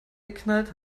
geknallt